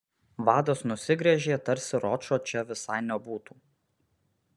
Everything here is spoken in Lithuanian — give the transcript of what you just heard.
vadas nusigręžė tarsi ročo čia visai nebūtų